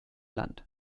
land